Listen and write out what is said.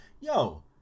yo